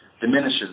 diminishes